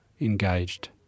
engaged